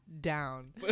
down